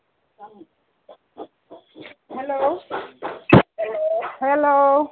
hello hello